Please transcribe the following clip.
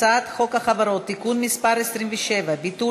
הצעת חוק החברות (תיקון מס' 27) (ביטול